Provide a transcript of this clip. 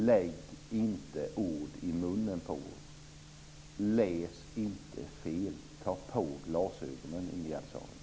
Lägg inte ord i munnen på oss! Läs inte fel! Ta på glasögonen, Ingegerd Saarinen!